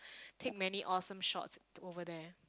take many awesome shots over there